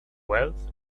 wealth